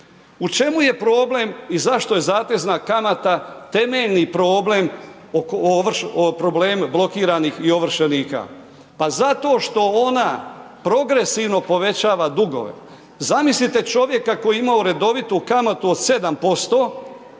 U čemu je problem i zašto je zatezna kamata temeljni problem blokiranih i ovršenika? Pa zato što ona progresivno povećava dugove. Zamislite čovjeka koji je imao redovitu kamatu od 7%